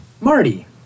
Marty